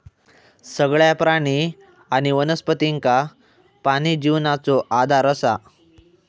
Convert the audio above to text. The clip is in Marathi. सगळ्या प्राणी आणि वनस्पतींका पाणी जिवनाचो आधार असा